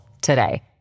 today